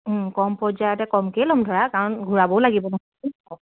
কম পৰ্যায়তে কমকেই ল'ম ধৰা কাৰণ ঘূৰাবও লাগিব নহয়